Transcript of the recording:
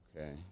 Okay